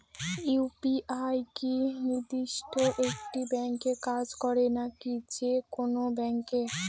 UPI কি নির্দিষ্ট একটি ব্যাংকে কাজ করে নাকি যে কোনো ব্যাংকে?